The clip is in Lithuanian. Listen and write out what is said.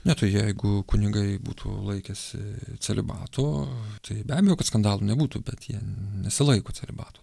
ne tai jeigu kunigai būtų laikęsi celibato tai be abejo kad skandalų nebūtų bet jie nesilaiko celibato